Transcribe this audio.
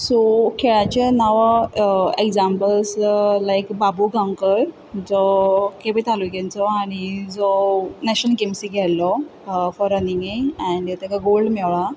so खेळाचीं नांवां examples लायक बाबू गांवकर जो केपें तालुक्यांचो आनी जो नॅशनल गेम्सीक गेल्लो फॉर रनिगेंक एंड तेका गोल्ड मेयळां